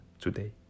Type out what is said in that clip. today